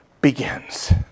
begins